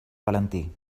valentí